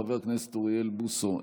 חבר הכנסת אוריאל בוסו,